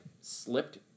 slipped